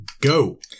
go